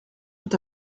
tout